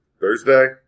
Thursday